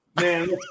man